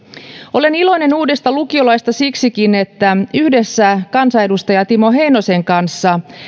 olen iloinen uudesta lukiolaista siksikin että yhdessä kansanedustaja timo heinosen kanssa